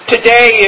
Today